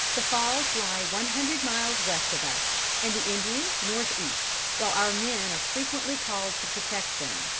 the falls lie one hundred miles west of us, and the indians north-east while our men are frequently called to protect them.